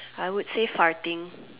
I would say farting